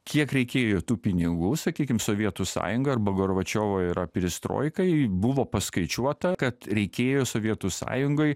kiek reikėjo tų pinigų sakykim sovietų sąjungai arba gorbačiovo yra perestroikai buvo paskaičiuota kad reikėjo sovietų sąjungai